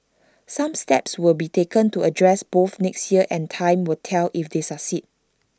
some steps will be taken to address both next year and time will tell if they succeed